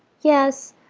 yes,